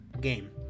game